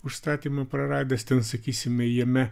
užstatymo praradęs ten sakysime jame